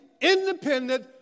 independent